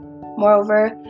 Moreover